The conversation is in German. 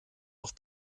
noch